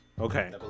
Okay